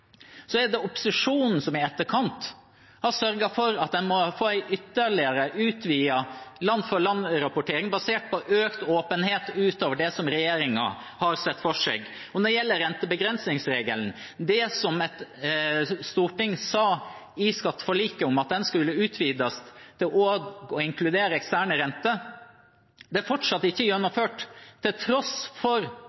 er det opposisjonen som i etterkant har sørget for at en må få en ytterligere utvidet land-for-land-rapportering basert på økt åpenhet utover det regjeringen har sett for seg. Og når det gjelder rentebegrensningsregelen, er det som Stortinget sa i skatteforliket om at den skulle utvides til også å inkludere eksterne renter, fortsatt ikke